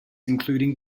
including